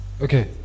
Okay